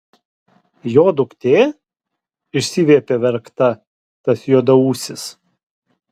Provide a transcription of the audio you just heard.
jo duktė išsiviepė verkta tas juodaūsis